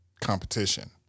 competition